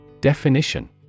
Definition